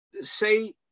say